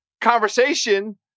conversation